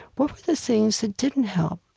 what were the things that didn't help?